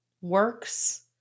works